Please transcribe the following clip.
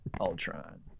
Ultron